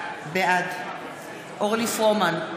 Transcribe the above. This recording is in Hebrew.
בעד אורלי פרומן,